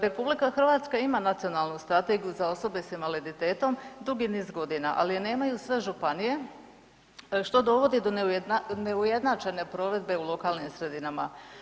RH ima nacionalnu strategiju za osobe sa invaliditetom dugi niz godina ali je nemaju sve županije što dovodi do neujednačene provedbe u lokalnim sredinama.